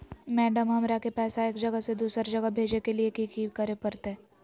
Madam, हमरा के पैसा एक जगह से दुसर जगह भेजे के लिए की की करे परते?